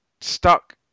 stuck